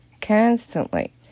constantly